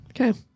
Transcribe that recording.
Okay